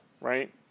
right